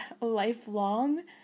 lifelong